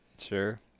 Sure